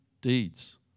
deeds